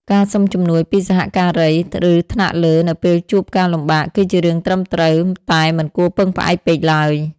ការសុំជំនួយពីសហការី ឬថ្នាក់លើ នៅពេលជួបការលំបាក គឺជារឿងត្រឹមត្រូវ តែមិនគួរពឹងផ្អែកពេកឡើយ។